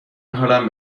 حالم